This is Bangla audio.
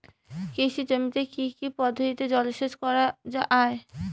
কৃষি জমিতে কি কি পদ্ধতিতে জলসেচ করা য়ায়?